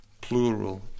plural